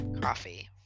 coffee